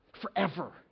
forever